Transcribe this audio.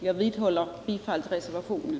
Jag vidhåller mitt yrkande om bifall till reservationen.